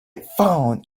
found